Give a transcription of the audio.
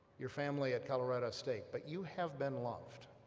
your family at colorado state, but you have been loved,